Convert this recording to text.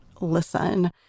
Listen